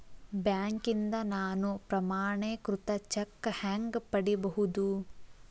ಬ್ಯಾಂಕ್ನಿಂದ ನಾನು ಪ್ರಮಾಣೇಕೃತ ಚೆಕ್ ಹ್ಯಾಂಗ್ ಪಡಿಬಹುದು?